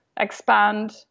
expand